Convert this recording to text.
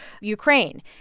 Ukraine